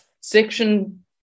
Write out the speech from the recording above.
Section